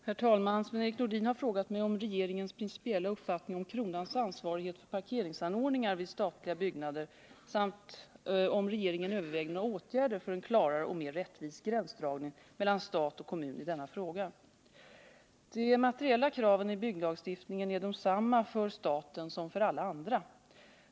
Herr talman! Sven-Erik Nordin har frågat mig om regeringens principiella uppfattning om kronans ansvarighet för parkeringsanordningar vid statliga byggnader samt om regeringen överväger några åtgärder för en klarare och mer rättvis gränsdragning mellan stat och kommun i denna fråga. De materiella kraven i byggnadslagstiftningen är desamma för staten som för alla andra.